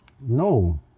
No